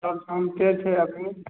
सब शान्ते छै अभी